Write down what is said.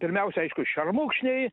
pirmiausia aišku šermukšniai